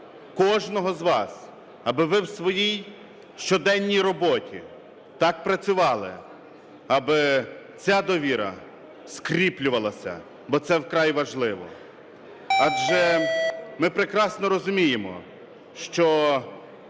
кожного з вас, аби ви в своїй щоденній роботі так працювали, аби ця довіра скріплювалася, бо це вкрай важливо. Адже ми прекрасно розуміємо, що